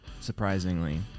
surprisingly